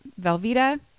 Velveeta